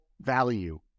value